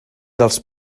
dels